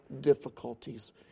difficulties